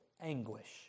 anguish